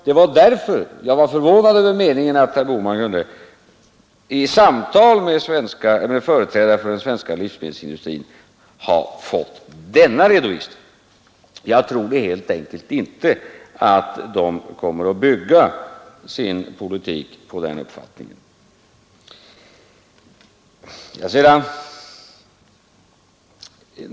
Det var därför jag var förvånad över att herr Bohman vid samtal med företrädare för den svenska livsmedelsindustrin kunnat få denna redovisning. Jag tror helt enkelt inte att man där kommer att bygga sitt handlande på den uppfattningen.